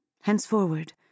Henceforward